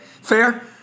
fair